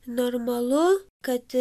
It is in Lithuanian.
normalu kad